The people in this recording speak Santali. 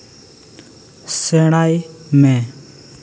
ᱥᱮᱬᱟᱭ ᱢᱮ